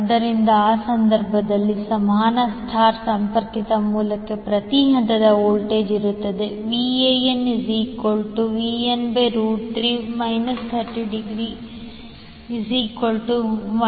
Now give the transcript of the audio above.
ಆದ್ದರಿಂದ ಆ ಸಂದರ್ಭದಲ್ಲಿ ಸಮಾನ ಸ್ಟರ್ ಸಂಪರ್ಕಿತ ಮೂಲಕ್ಕೆ ಪ್ರತಿ ಹಂತದ ವೋಲ್ಟೇಜ್ ಇರುತ್ತದೆ VanVab3∠ 30°121